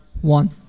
One